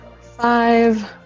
five